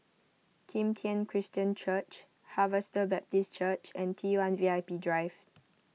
Kim Tian Christian Church Harvester Baptist Church and T one V I P Drive